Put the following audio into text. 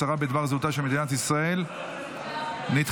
הצהרה בדבר זהותה של מדינת ישראל) נדחתה.